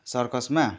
सर्कसमा